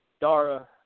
Dara